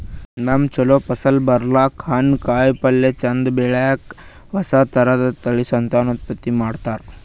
ನಮ್ಗ್ ಛಲೋ ಫಸಲ್ ಬರ್ಲಕ್ಕ್, ಹಣ್ಣ್, ಕಾಯಿಪಲ್ಯ ಚಂದ್ ಬೆಳಿಲಿಕ್ಕ್ ಹೊಸ ಥರದ್ ತಳಿ ಸಂತಾನೋತ್ಪತ್ತಿ ಮಾಡ್ತರ್